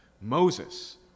Moses